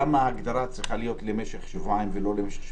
למה ההגדרה צריכה להיות למשך שבועיים ולא למשך שבוע?